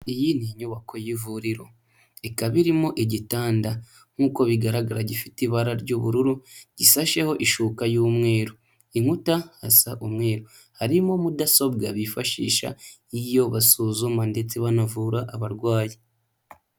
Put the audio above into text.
Iyi ni inyubako y'ivuriro. Ikaba irimo igitanda nk'uko bigaragara gifite ibara ry'ubururu, gisasheho ishuka y'umweru. Inkuta hasa umweru. Harimo mudasobwa bifashisha iyo basuzuma, ndetse banavura abarwayi.